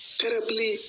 terribly